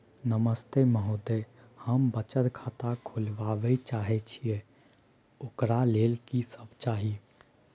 नमस्ते महोदय, हम बचत खाता खोलवाबै चाहे छिये, ओकर लेल की सब चाही?